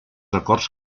acords